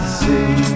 see